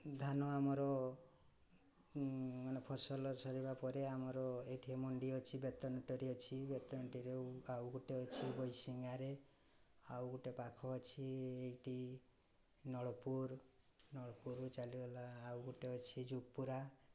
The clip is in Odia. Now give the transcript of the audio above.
ଧାନ ଆମର ମାନେ ଫସଲ ସରିବା ପରେ ଆମର ଏଇଠି ମଣ୍ଡି ଅଛି ବେତନଟିରେ ଅଛି ବେତନଟିରେ ଆଉ ଗୋଟେ ଅଛି ବୈଶିଙ୍ଗାରେ ଆଉ ଗୋଟେ ପାଖ ଅଛି ଏଇଠି ନଳପୁର ନଳପୁରରୁ ଚାଲିଗଲା ଆଉ ଗୋଟେ ଅଛି ଜୁପୁରା